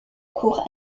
cour